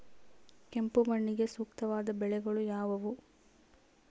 ಕೆಂಪು ಮಣ್ಣಿಗೆ ಸೂಕ್ತವಾದ ಬೆಳೆಗಳು ಯಾವುವು?